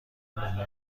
دنبال